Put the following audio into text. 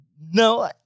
No